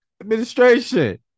administration